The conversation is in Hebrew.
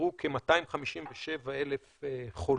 אותרו כ-257,000 חולים,